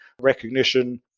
recognition